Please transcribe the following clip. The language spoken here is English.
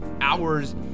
hours